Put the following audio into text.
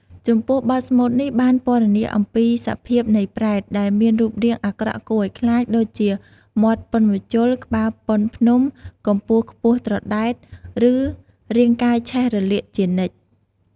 ចំពោះ បទស្មូតនេះបានពណ៌នាអំពីសភាពនៃប្រេត ដែលមានរូបរាងអាក្រក់គួរឲ្យខ្លាច ដូចជាមាត់ប៉ុនម្ជុល ក្បាលប៉ុនភ្នំ កម្ពស់ខ្ពស់ត្រដែត ឬរាងកាយឆេះរលាកជានិច្ច។